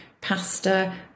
pasta